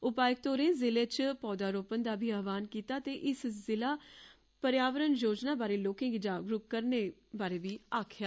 उपायुकत होरें जिले च पौधारोपन दा बी आह्वाण कीता ते इस जिला पर्यावरण योजना बारे लोकें गी जागरूक करने लेई आक्खेआ